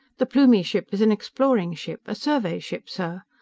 the plumie ship is an exploring ship a survey ship, sir.